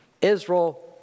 Israel